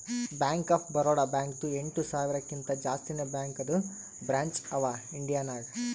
bank of Baroda ಬ್ಯಾಂಕ್ದು ಎಂಟ ಸಾವಿರಕಿಂತಾ ಜಾಸ್ತಿನೇ ಬ್ಯಾಂಕದು ಬ್ರ್ಯಾಂಚ್ ಅವಾ ಇಂಡಿಯಾ ನಾಗ್